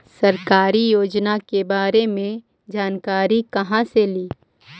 सरकारी योजना के बारे मे जानकारी कहा से ली?